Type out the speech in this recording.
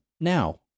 Now